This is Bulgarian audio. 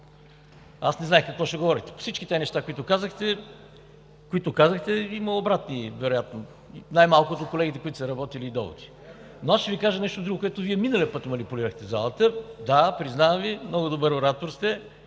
Аз не знаех какво ще говорите. По всички тези неща, които казахте, има обратни доводи вероятно, най-малкото от колегите, които са работили. Но аз ще Ви кажа нещо друго, с което Вие миналия път манипулирахте залата. Да, признавам Ви, много добър оратор сте,